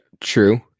True